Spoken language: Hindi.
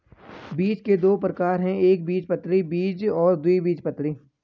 बीज के दो प्रकार है एकबीजपत्री बीज और द्विबीजपत्री बीज